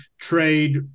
trade